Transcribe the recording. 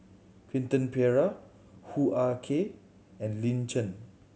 Quentin Pereira Hoo Ah Kay and Lin Chen